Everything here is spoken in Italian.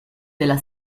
della